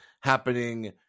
happening